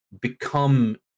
become